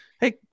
Hey